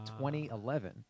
2011